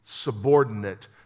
subordinate